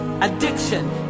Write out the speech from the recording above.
addiction